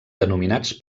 denominats